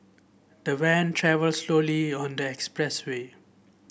the van travelled slowly on the expressway